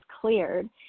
cleared